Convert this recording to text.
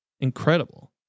Incredible